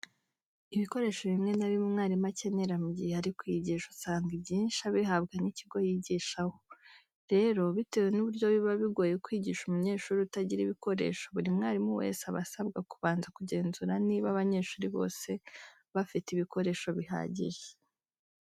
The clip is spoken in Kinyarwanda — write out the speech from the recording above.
ibikoresho bimwe na bimwe umwarimu akenera mu gihe ari kwigisha usanga ibyinshi abihabwa n'ikigo yigishaho. Rero bitewe n'uburyo biba bigoye kwigisha umunyeshuri utagira ibikoresho, buri mwarimu wese aba asabwa kubanza kugenzura niba abanyeshuri bose bafite ibikoresho bihagije.